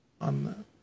On